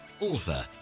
author